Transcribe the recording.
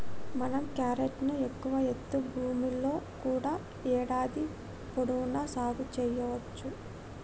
మనం క్యారెట్ ను ఎక్కువ ఎత్తు భూముల్లో కూడా ఏడాది పొడవునా సాగు సెయ్యవచ్చు